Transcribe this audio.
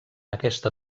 aquesta